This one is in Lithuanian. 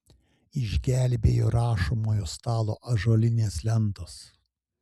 išgelbėjo rašomojo stalo ąžuolinės lentos